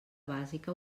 bàsica